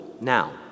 Now